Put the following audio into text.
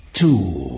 two